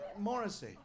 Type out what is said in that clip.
Morrissey